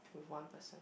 with one person